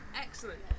Excellent